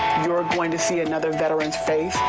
you're going to see another veterans face,